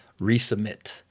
resubmit